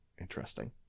interesting